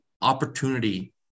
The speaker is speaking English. opportunity